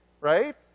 right